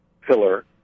pillar